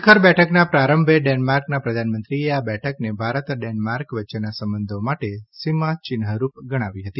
શીખર બેઠકના પ્રારંભે ડેન્માર્કના પ્રધાનમંત્રીએ આ બેઠકને ભારત ડેન્માર્ક વચ્ચેના સંબંધો માટે સીમાચિહ્નરૂપ ગણાવી હતી